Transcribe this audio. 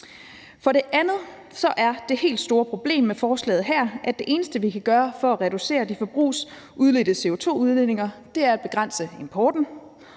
For det andet er det helt store problem med forslaget her, at det eneste, vi kan gøre for at reducere de forbrugsudledte CO2-udledninger, er at begrænse importen,